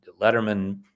Letterman